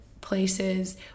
places